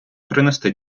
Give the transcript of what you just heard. принести